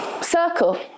circle